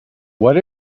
what